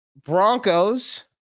Broncos